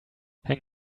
hang